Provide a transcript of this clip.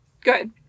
good